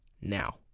now